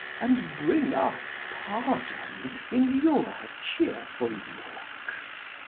and bring us pardon in your cheerful looks.